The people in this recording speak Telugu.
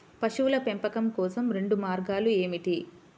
పశువుల పెంపకం కోసం రెండు మార్గాలు ఏమిటీ?